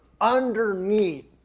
underneath